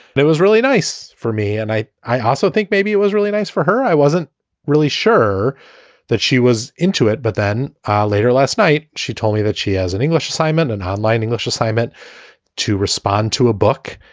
it was really nice for me. and i i also think maybe it was really nice for her. i wasn't really sure that she was into it. but then later last night she told me that she has an english assignment, an online english assignment to respond to a book.